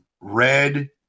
red